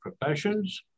professions